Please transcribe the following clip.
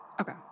Okay